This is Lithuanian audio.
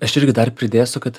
aš irgi dar pridėsiu kad